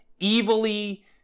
evilly